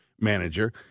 manager